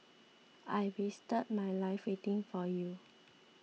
I wasted my life waiting for you